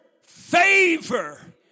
favor